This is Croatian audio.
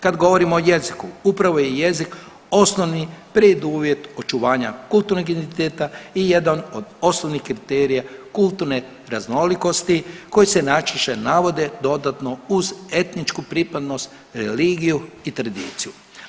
Kad govorimo o jeziku jezik je osnovni preduvjet očuvanja kulturnog identiteta i jedan od osnovnih kriterija kulturne raznolikosti koji se najčešće navode dodatno uz etničku pripadnost, religiju i tradiciju.